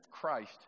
Christ